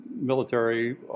military